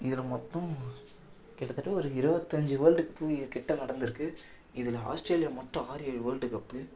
இதில் மொத்தம் கிட்ட தட்ட ஒரு இருபத்தஞ்சி வேர்ல்டு டூ இயர் கிட்ட நடந்து இருக்கு இதில் ஆஸ்திரேலியா மட்டும் ஆறு ஏழு வேர்ல்டு கப்பு